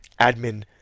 admin